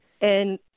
and-